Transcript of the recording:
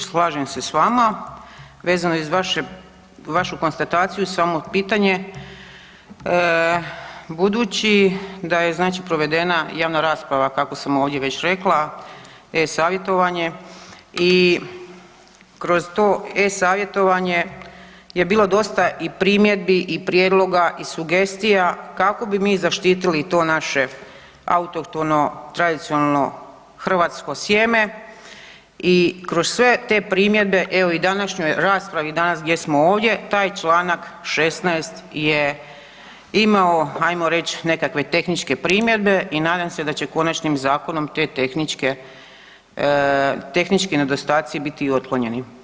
Slažem se s vama, vezano iz vašu konstataciju i samo pitanje budući da je provedena javna rasprava kako sam ovdje već rekla e-Savjetovanje i kroz to e-Savjetovanje je bilo dosta i primjedbi i prijedloga i sugestija kako bi mi zaštitili to naše autohtono tradicionalno hrvatsko sjeme i kroz sve te primjedbe, evo i u današnjoj raspravi danas gdje smo ovdje taj čl. 16. je imao ajmo reć nekakve tehničke primjedbe i nadam se da će konačnim zakonom te tehnički nedostaci biti otklonjeni.